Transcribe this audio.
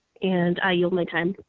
and i only time